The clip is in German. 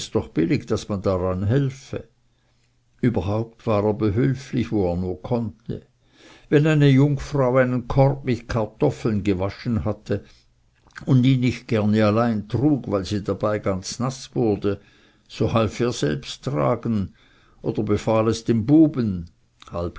doch billig daß man daran helfe überhaupt war er behülflich wo er nur konnte wenn eine jungfrau einen korb mit kartoffeln gewaschen hatte und ihn nicht gerne alleine trug weil sie dabei ganz naß wurde so half er selbst tragen oder befahl es dem buben